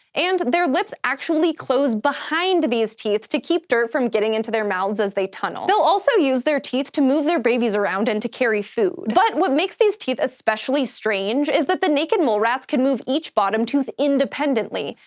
and their lips actually close behind these teeth to keep dirt from getting into their mouths as they tunnel. they'll also use their teeth to move their babies around and to carry food. but what makes these teeth especially strange is that the naked mole rats can move each bottom tooth independently,